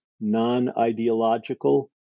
non-ideological